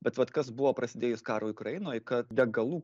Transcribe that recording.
bet vat kas buvo prasidėjus karui ukrainoj kad degalų